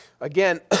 Again